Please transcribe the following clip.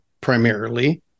primarily